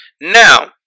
Now